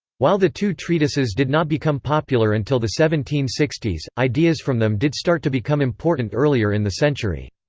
while the two treatises did not become popular until the seventeen sixty s, ideas from them did start to become important earlier in the century.